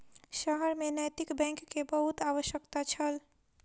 शहर में नैतिक बैंक के बहुत आवश्यकता छल